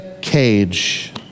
cage